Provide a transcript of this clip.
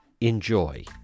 enjoy